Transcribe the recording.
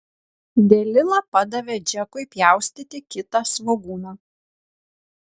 delila padavė džekui pjaustyti kitą svogūną